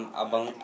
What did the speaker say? abang